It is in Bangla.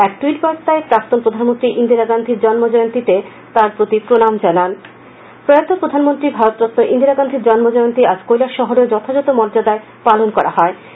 এক টুইট বার্তায় প্রাক্তন প্রধানমন্ত্রী ইন্দিরা গান্ধী জন্ম জয়ন্তিতে তাঁর প্রতি প্রণাম জানান কংগ্রেস কৈলাসহর প্রয়াতা প্রধানমন্ত্রী ভারতরত্ন ইন্দিরা গান্ধীর জন্মজয়ন্তী আজ কৈলাসহরেও যথাযথ মর্যাদায় পালন করা হয়